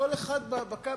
אתה מבין את המחוקק?